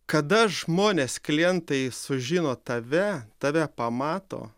kada žmonės klientai sužino tave tave pamato